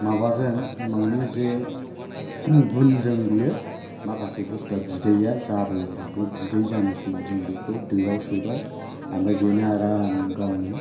माबाजों एमावनि जे गुनजों बे माखासे बुसथुवा बिदैया जाबोयोआरो बिदै जानाय समाव बेखौ दोआव सोबाय आमफ्राय बेनो आराम गावनो